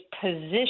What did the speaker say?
position